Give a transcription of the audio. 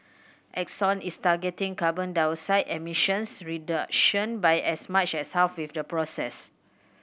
Exxon is targeting carbon dioxide emissions reduction by as much as half with the process